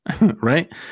right